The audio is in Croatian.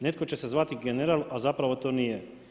Netko će se zvati general, a zapravo to nije.